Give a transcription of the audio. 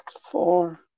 four